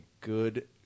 good